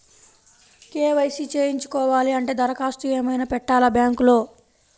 KYC చేయించుకోవాలి అంటే దరఖాస్తు ఏమయినా పెట్టాలా బ్యాంకులో?